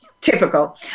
Typical